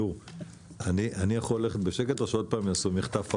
אני יכול ללכת בשקט או שוב יעשו מחטף האוצר?